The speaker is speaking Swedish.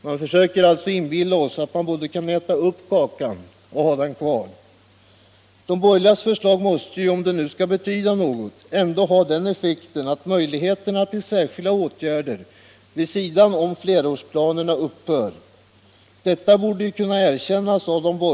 Man försöker med andra ord inbilla oss att vi kan både äta upp kakan och ha den kvar. De borgerligas förslag måste ju, om de skall betyda något, ändå ha den effekten att möjligheterna till särskilda åtgärder vid sidan om fler årsplanerna upphör. Detta borde de borgerliga kunna erkänna.